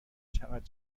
چقد